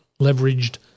leveraged